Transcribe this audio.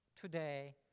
today